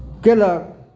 कयलक